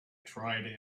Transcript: tried